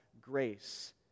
grace